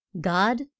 God